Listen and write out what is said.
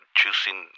choosing